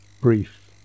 brief